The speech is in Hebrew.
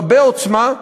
רבי-עוצמה,